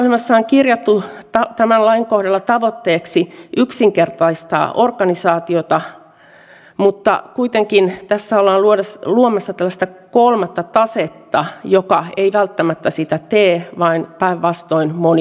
hallitusohjelmassa on kirjattu tämän lain kohdalla tavoitteeksi yksinkertaistaa organisaatiota mutta kuitenkin tässä ollaan luomassa tällaista kolmatta tasetta joka ei välttämättä sitä tee vaan päinvastoin monimutkaistaa